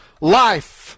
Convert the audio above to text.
life